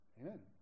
amen